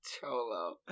Cholo